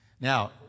Now